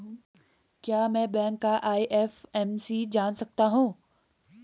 क्या मैं बैंक का आई.एफ.एम.सी जान सकता हूँ?